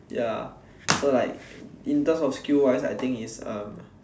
ya so like in terms of skills wise I think is um